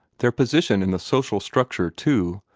their position in the social structure, too,